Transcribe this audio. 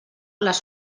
les